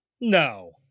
no